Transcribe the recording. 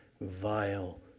vile